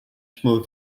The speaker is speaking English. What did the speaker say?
small